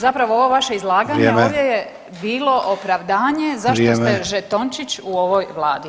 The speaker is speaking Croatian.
Zapravo ovo vaše izlaganje ovdje je bilo [[Upadica: Vrijeme.]] opravdanje zašto se žetončić [[Upadica: Vrijeme.]] u ovoj vladi.